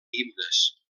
himnes